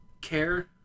care